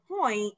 point